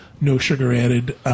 no-sugar-added